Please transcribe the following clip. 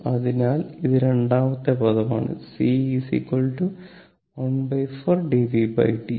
അതിനാൽ ഇത് രണ്ടാമത്തെ പദമാണ് C 14 d vd t